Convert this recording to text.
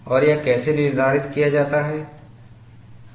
और यह कैसे निर्धारित किया जाता है